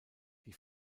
die